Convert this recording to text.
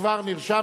יואל חסון,